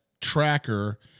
tracker